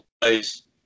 place